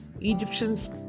Egyptians